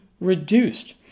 reduced